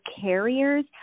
carriers